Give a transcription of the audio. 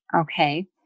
okay